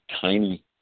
tiny